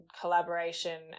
collaboration